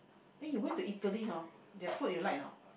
eh you went to Italy hor their food you like or not